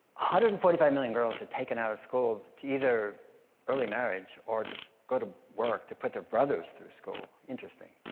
hundred and forty five million girls are taken outta school to either early marriage, or to go to work to put their brothers through school. interesting.